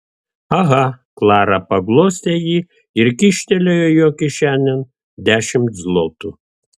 aha klara paglostė jį ir kyštelėjo jo kišenėn dešimt zlotų